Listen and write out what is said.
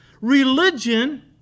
Religion